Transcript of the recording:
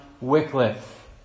Wycliffe